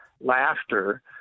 laughter